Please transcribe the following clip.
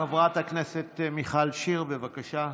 חברת הכנסת מיכל שיר, בבקשה.